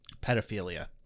pedophilia